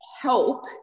help